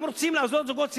אם רוצים לעזור לזוגות צעירים,